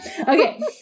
Okay